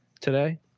today